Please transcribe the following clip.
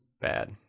Bad